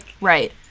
Right